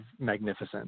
magnificent